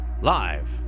live